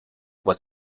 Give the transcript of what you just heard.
was